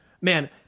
man